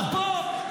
ואפרופו,